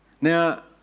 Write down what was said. Now